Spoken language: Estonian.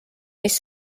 mis